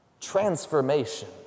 transformation